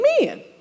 men